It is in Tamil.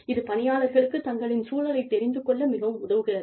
இது பணியாளர்களுக்கு தங்களின் சூழலைத் தெரிந்து கொள்ள மிகவும் உதவுகிறது